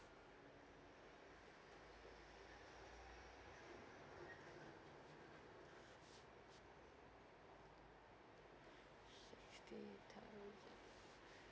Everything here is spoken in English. fifty thousand